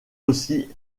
aussi